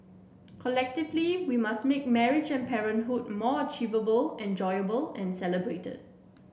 collectively we must make marriage and parenthood more achievable enjoyable and celebrated